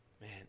Man